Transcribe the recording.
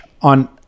on